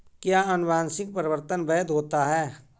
क्या अनुवंशिक परिवर्तन वैध होता है?